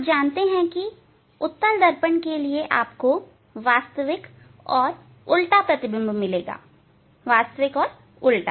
आप जानते हैं कि उत्तल दर्पण के लिए आपको वास्तविक और उल्टा प्रतिबिंब मिलेगा वास्तविक और उल्टा